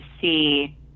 see